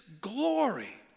glory